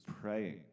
praying